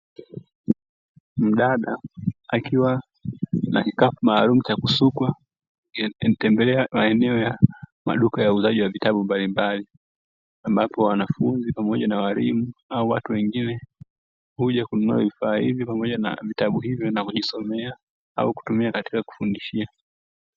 Mdada akiwa na kikapu maalumu cha kusukwa, akitembelea maeneo ya maduka ya uuzaji wa vitabu mbalimbali, ambapo wanafunzi pamoja na walimu au watu wengine, huja kununua vifaa hivyo pamoja na vitabu hivyo vya vinavyojisomea au kutumia katika kufundishia.